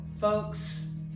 Folks